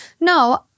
No